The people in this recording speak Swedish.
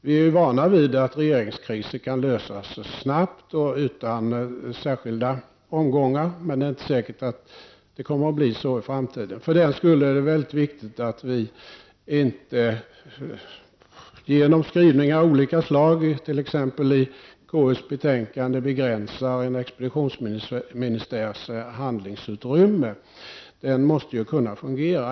Vi är vana vid att regeringskriser kan lösas snabbt och utan särskilda omgångar. Det är dock inte säkert att det kommer att förbli så i framtiden. För den skull är det mycket viktigt att vi inte genom olika slags skrivningar, t.ex. i KUs betänkande, begränsar en expeditionsministärs handlingsutrymme. Den måste ju kunna fungera.